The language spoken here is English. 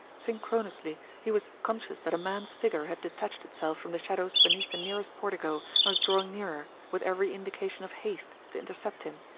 synchronously he was conscious that a man's figure had detached itself from the shadows beneath the nearest portico and was drawing nearer, with every indication of haste, to intercept him.